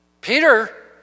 Peter